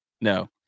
No